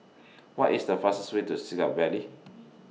What IS The fastest Way to Siglap Valley